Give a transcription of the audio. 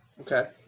okay